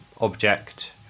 object